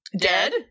Dead